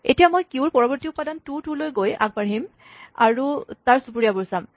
এতিয়া মই কিউৰ পৰবৰ্তী উপাদান টু টু টো লৈ আগবাঢ়িম আৰু তাৰ চুবুৰীয়াবোৰ চাম